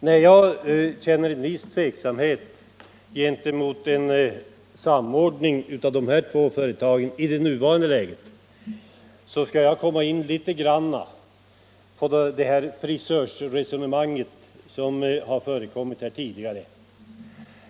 Jag känner alltså en viss tveksamhet mot en sammanläggning av dessa två företag i nuvarande läge, och jag vill i det sammanhanget något beröra det resonemang om frisering som förts tidigare i debatten.